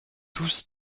tous